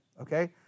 Okay